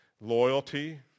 loyalty